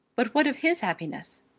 but what of his happiness?